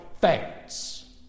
Facts